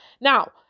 Now